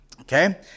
okay